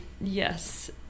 Yes